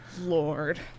lord